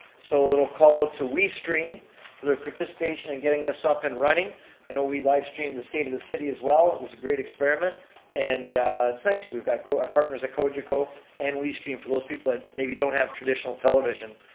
so a little call out to we stream for their participation in getting this up and running. i know we've live-streamed the state of the city as well, it was a great experiment and it's nice. we've got partners at cogeco and we stream for those people who maybe don't have traditional television,